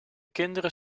kinderen